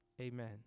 Amen